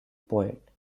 poet